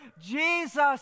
Jesus